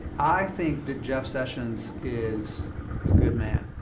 i think that jeff sessions is a good man,